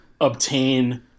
obtain